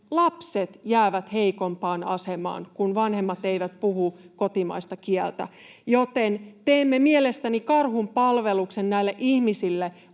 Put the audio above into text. lapset jäävät heikompaan asemaan, kun vanhemmat eivät puhu kotimaista kieltä, joten teemme mielestäni karhunpalveluksen näille ihmisille,